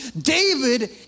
David